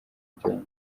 byombi